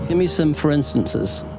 and me some for instances.